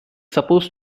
supposed